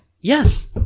Yes